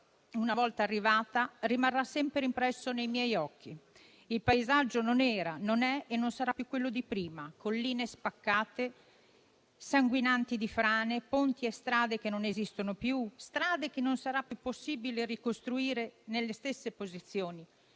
una volta arrivata, rimarrà sempre impresso nei miei occhi. Il paesaggio non era, non è e non sarà più quello di prima: colline spaccate, sanguinanti di frane, ponti e strade che non esistono più e che non sarà più possibile ricostruire nelle stesse posizioni;